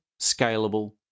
scalable